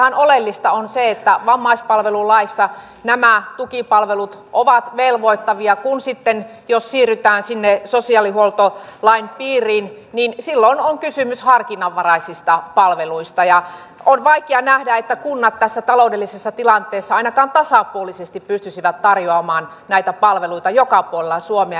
tässähän oleellista on se että vammaispalvelulaissa nämä tukipalvelut ovat velvoittavia kun sitten silloin jos siirrytään sinne sosiaalihuoltolain piiriin on kysymys harkinnanvaraisista palveluista ja on vaikea nähdä että kunnat tässä taloudellisessa tilanteessa ainakaan tasapuolisesti pystyisivät tarjoamaan näitä palveluita joka puolella suomea